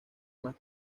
más